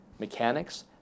mechanics